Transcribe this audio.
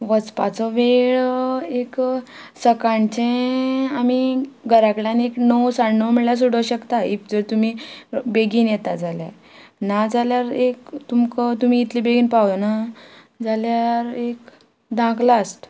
वचपाचो वेळ एक सकाळचें आमी घराक डल्यान एक णव साडे णव म्हणल्यार सोडो शकता इफ जर तुमी बेगीन येता जाल्यार नाजाल्यार एक तुमकां तुमी इतले बेगीन पावना जाल्यार एक धाक लास्ट